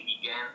began